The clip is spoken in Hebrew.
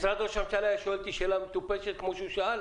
משרד ראש הממשלה היה שואל אותי שאלה מטופשת כמו שהוא שאל?